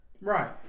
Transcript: right